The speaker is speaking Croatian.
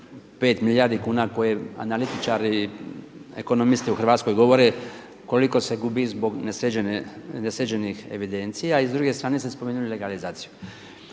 je 5 milijardi kuna koje analitičari, ekonomisti u Hrvatskoj govore koliko se gubi zbog nesređenih evidencija. I s druge strane ste spomenuli legalizaciju.